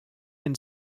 and